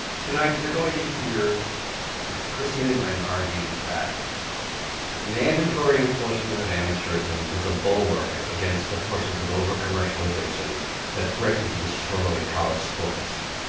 tonight, you're going to hear christine and len argue that mandatory enforcement of amateurism is a bulwark against the forces of over-commercialization that threaten to destroy college sports.